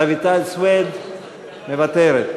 רויטל סויד מוותרת.